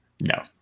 No